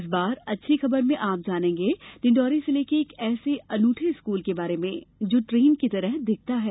इस बार अच्छी खबर में आप जानेंगें डिंडोरी जिले के एक ऐसे अनूठे स्कूल के बारे में जो ट्रेन की तरह दिखता है